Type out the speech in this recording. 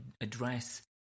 address